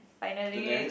finally